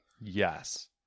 Yes